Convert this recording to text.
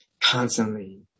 constantly